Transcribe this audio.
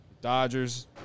Dodgers